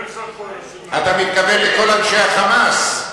אתה מתכוון לכל אנשי ה"חמאס"?